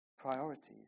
priorities